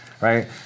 Right